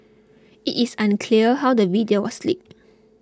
it is unclear how the video was leaked